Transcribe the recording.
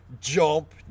jump